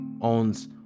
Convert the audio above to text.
owns